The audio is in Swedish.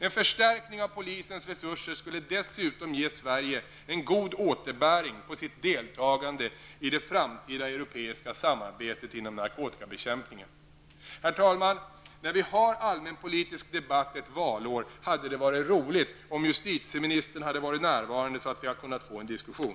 En förstärkning av polisens resurser skulle dessutom ge Sverige en god återbäring på sitt deltagande i det framtida europeiska samarbetet inom narkotikabekämpningen. Herr talman! Vi har en allmänpolitisk debatt och det är valår. Därför skulle det ha varit roligt om justitieministern hade varit närvarande. Då hade vi kunnat få en diskussion.